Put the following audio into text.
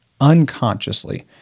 unconsciously